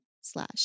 slash